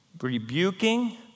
rebuking